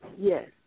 Yes